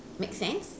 makes sense